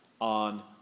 on